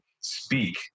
speak